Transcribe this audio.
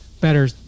better